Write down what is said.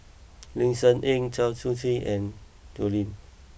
Ling Cher Eng Cheong Siew Keong and Teo Hean